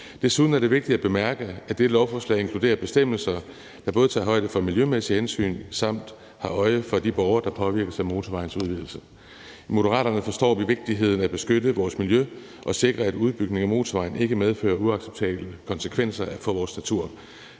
Desuden er det vigtigt at bemærke, at dette lovforslag inkluderer bestemmelser, der både tager højde for miljømæssige hensyn samt har øje for de borgere, der påvirkes af motorvejens udvidelse. I Moderaterne forstår vi vigtigheden af at beskytte vores miljø og sikre, at udbygningen af motorvejen ikke medfører uacceptable konsekvenser for vores natur.